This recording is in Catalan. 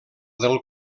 del